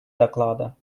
доклада